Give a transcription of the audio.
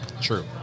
True